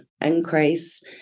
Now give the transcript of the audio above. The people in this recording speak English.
increase